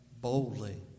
boldly